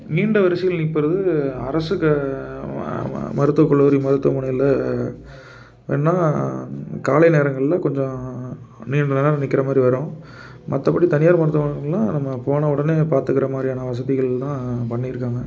நீண்ட வரிசையில் நிற்பது அரசு மருத்துவ கல்லூரி மருத்துவமனையில் வேணும்னா காலை நேரங்களில் கொஞ்சம் நீண்ட நேரம் நிற்கிற மாதிரி வரும் மற்றப்படி தனியார் மருத்துவமனையில் நம்ம போன உடனே பாத்துக்கிற மாதிரியான வசதிகள் தான் பண்ணி இருக்காங்க